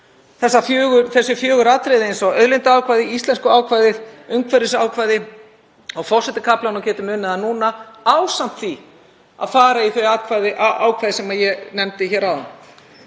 þessi fjögur atriði eins og auðlindaákvæðið, íslenskuákvæðið, umhverfisákvæðið og forsetakaflann og getum unnið það núna ásamt því að fara í þau ákvæði sem ég nefndi hér